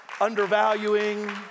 undervaluing